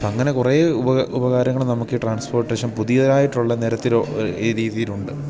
അപ്പോഴങ്ങനെ കുറേ ഉപകാരങ്ങൾ നമുക്ക് ഈ ട്രാൻസ്പോർട്ടേഷൻ പുതിയതായിട്ടുള്ള നിരത്തിലോ ഈ രീതിയിലുണ്ട്